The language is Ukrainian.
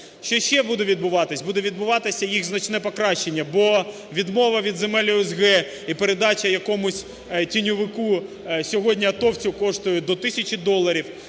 Що ще буде відбуватись? Буде відбуватися їх значне покращення, бо відмова від земель ОСГ і передача якомусь тіньовику сьогодні атовцю коштують до тисячі доларів.